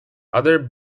other